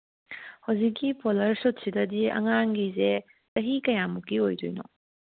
ꯍꯧꯖꯤꯛꯀꯤ ꯄꯣꯂꯔ ꯁꯨꯠꯁꯤꯗꯗꯤ ꯑꯉꯥꯡꯒꯤꯁꯦ ꯆꯍꯤ ꯀꯌꯥꯃꯨꯛꯀꯤ ꯑꯣꯏꯗꯣꯏꯅꯣ